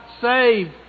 saved